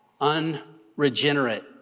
unregenerate